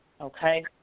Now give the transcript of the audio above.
okay